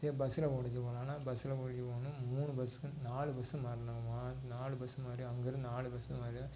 சரி பஸ்ஸில் பிடிச்சி போகலான்னா பஸ்ஸில் பிடிச்சி போகணும்ன்னா மூணு பஸ்ஸு நாலு பஸ்ஸு மாறினோம்மா நாலு பஸ்ஸு மாறி அங்கே இருந்து நாலு பஸ்ஸு மாறி